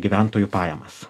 gyventojų pajamas